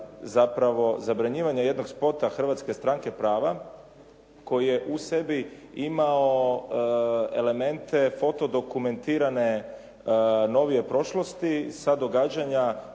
zapravo zabranjivanja jednog spota Hrvatske stranke prava koji je u sebi imao elemente fotodokumentirane novije prošlosti sa događanja